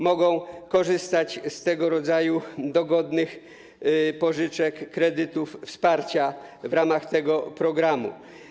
Mogą oni korzystać z tego rodzaju dogodnych pożyczek, kredytów, wsparcia w ramach tego programu.